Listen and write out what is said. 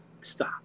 Stop